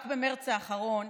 רק במרץ האחרון,